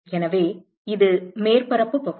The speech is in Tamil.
எனவே இது மேற்பரப்பு பகுதி